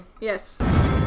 Yes